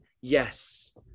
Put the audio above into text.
yes